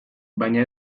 baina